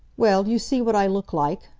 well, you see what i look like,